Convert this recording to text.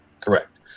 Correct